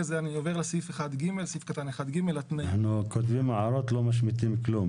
אני עובר לסעיף קטן 1ג. אנחנו כותבים הערות ולא משמיטים כלום.